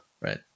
right